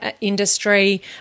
industry